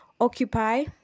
occupy